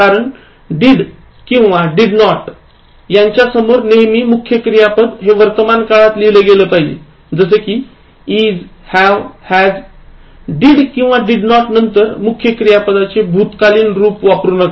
कारण did किंवा did not didn't यांच्या समोर नेहमी मुख्य क्रियापद हे वर्तमान काळात लिहा जसे कि is have has did किंवा did not नन्तर मुख्य क्रियापदाचे भूतकालीन रूप वापरू नका